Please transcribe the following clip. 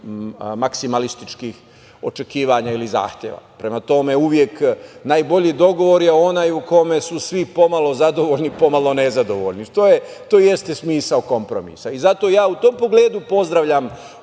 maksimalističkih očekivanja ili zahteva. Prema tome, najbolji dogovor je onaj u kome su svi pomalo zadovoljni, pomalo nezadovoljni. To i jeste smisao kompromisa. Zato, u tom pogledu ja pozdravljam